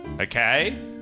Okay